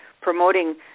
promoting